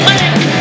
Make